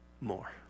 more